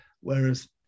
Whereas